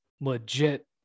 legit